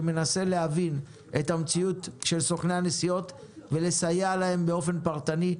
שמנסה להבין את המציאות של סוכני הנסיעות ולסייע להם באופן פרטני.